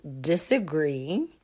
disagree